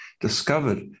discovered